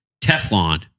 Teflon